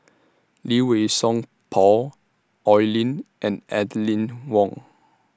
Lee Wei Song Paul Oi Lin and and Lin Wong